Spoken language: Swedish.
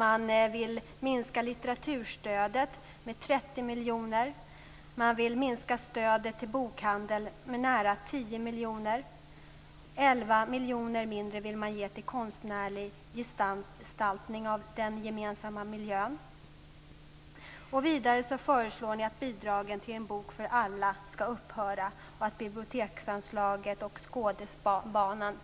Man vill minska litteraturstödet med 30 miljoner, man vill minska stödet till bokhandel med nära 10 miljoner och man vill ge 11 miljoner mindre till konstnärlig gestaltning av den gemensamma miljön. Vidare föreslår ni att bidraget till En bok för alla ska upphöra och att biblioteksanslaget och Skådebanan